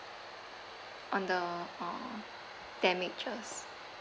on the uh damages